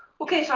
okay, so